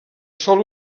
sol